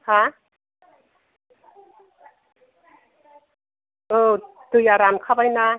हा औ दैया रानखाबाय ना